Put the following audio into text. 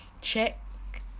check